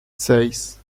seis